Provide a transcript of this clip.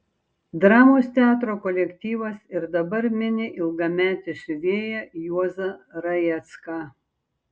dramos teatro kolektyvas ir dabar mini ilgametį siuvėją juozą rajecką